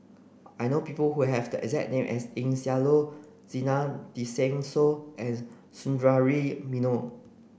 I know people who have the exact name as Eng Siak Loy Zena Tessensohn and Sundaresh Menon